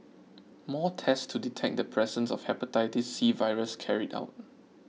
more tests to detect the presence of Hepatitis C virus carried out